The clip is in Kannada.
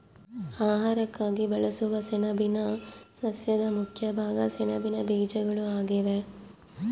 ಆಹಾರಕ್ಕಾಗಿ ಬಳಸುವ ಸೆಣಬಿನ ಸಸ್ಯದ ಮುಖ್ಯ ಭಾಗ ಸೆಣಬಿನ ಬೀಜಗಳು ಆಗಿವೆ